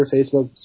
Facebook